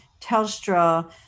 Telstra